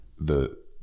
the-